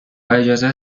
اجازه